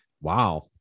Wow